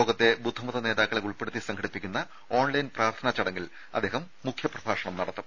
ലോകത്തെ ബുദ്ധമത നേതാക്കളെ ഉൾപ്പെടുത്തി സംഘടിപ്പിക്കുന്ന ഓൺലൈൻ പ്രാർത്ഥനാ ചടങ്ങിൽ അദ്ദേഹം മുഖ്യ പ്രഭാഷണം നടത്തും